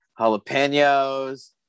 jalapenos